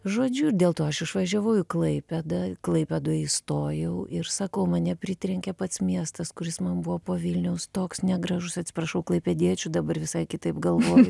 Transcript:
žodžiu dėl to aš išvažiavau į klaipėdą klaipėdoj įstojau ir sakau mane pritrenkė pats miestas kuris man buvo po vilniaus toks negražus atsiprašau klaipėdiečių dabar visai kitaip galvoju